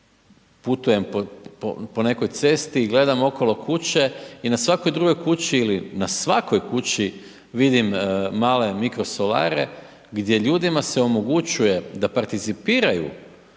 putujem po nekoj cesti i gledam okolo kuće i na svakoj drugoj kući ili na svakoj kući vidim male mikrosolare, gdje ljudima se omogućuje da participiraju